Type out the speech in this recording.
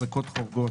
"החזקות חורגות"